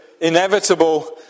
inevitable